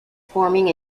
forming